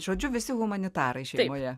žodžiu visi humanitarai šeimoje